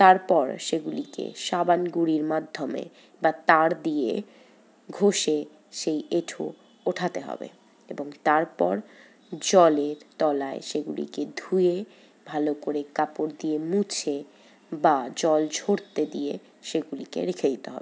তারপর সেগুলিকে সাবান গুঁড়ির মাধ্যমে বা তার দিয়ে ঘষে সেই এঁঠো ওঠাতে হবে এবং তারপর জলের তলায় সেগুলিকে ধুয়ে ভালো করে কাপড় দিয়ে মুছে বা জল ঝরতে দিয়ে সেগুলিকে রেখে দিতে হবে